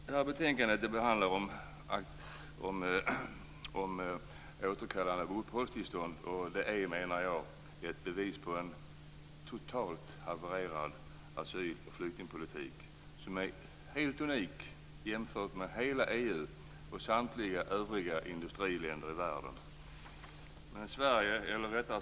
Det här betänkandet handlar om återkallande av uppehållstillstånd. Jag menar att det är ett bevis på en totalt havererad asyl och flyktingpolitik. Den är helt unik jämfört med hela EU och samtliga övriga industriländer i världen.